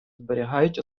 зберігають